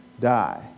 die